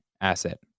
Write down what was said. asset